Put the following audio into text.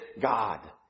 God